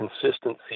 consistency